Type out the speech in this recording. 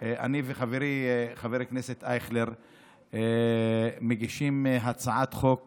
אני וחברי חבר הכנסת אייכלר מגישים הצעת חוק